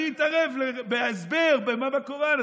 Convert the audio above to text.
אני אתערב בהסבר מה בקוראן.